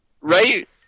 Right